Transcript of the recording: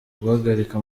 guhagarika